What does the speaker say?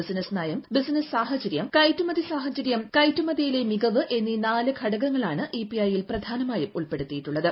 ബിസ്റ്റുസ്റ്റ് നിയം ബിസിനസ് സാഹചര്യം കയറ്റുമതി സാഹചര്യം ക്യറ്റുമതിയിലെ മികവ് എന്നീ നാല് ഘടകങ്ങളാണ് ഇപിഐ യിൽ പ്രധാനമായും ഉൾപ്പെടുത്തിയിട്ടുള്ളത്